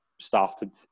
started